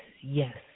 Yes